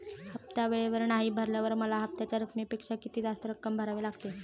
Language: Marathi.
हफ्ता वेळेवर नाही भरल्यावर मला हप्त्याच्या रकमेपेक्षा किती जास्त रक्कम भरावी लागेल?